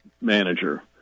manager